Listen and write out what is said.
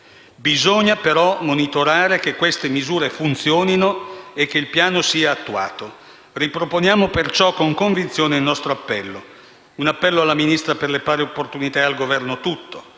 Bisogna però monitorare che queste misure funzionino e che il piano sia attuato. Riproponiamo perciò con convinzione il nostro appello. Un appello alla Ministra con delega per le pari opportunità e al Governo tutto: